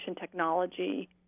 technology